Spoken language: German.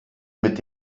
mit